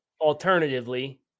alternatively